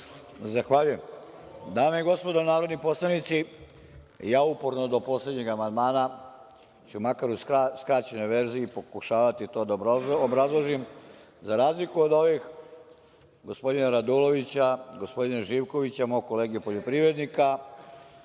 Zahvaljujem. Dame i gospodo narodni poslanici, ja uporno do poslednjeg amandmana ću makar u skraćenoj verziji pokušavati to da obrazložim, za razliku od ovih, gospodina Radulovića, gospodina Živkovića, mog kolege poljoprivrednika,